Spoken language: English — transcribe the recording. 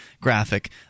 graphic